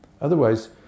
Otherwise